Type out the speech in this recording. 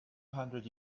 hundred